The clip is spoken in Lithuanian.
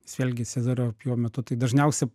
s vėlgi cezario pjūvio metu tai dažniausia